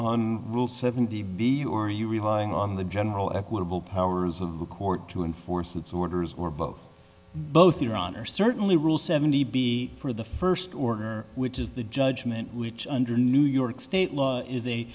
on rule seventy b or are you relying on the general equitable powers of the court to enforce its orders were both both your honor certainly rule seventy b for the first order which is the judgment which under new york state law is a